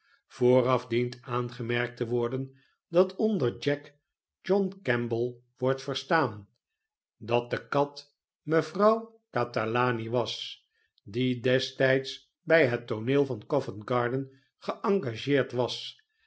vooraf dient aangemerkt te worden dat onder jack john kemble wordt verstaan dat de kat mevrouw catalani was die destijds bij het tooneel van oovent garden geengageerd was